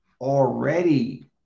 already